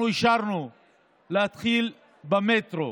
אנחנו אישרנו להתחיל במטרו